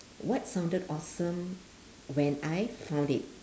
what sounded awesome when I found it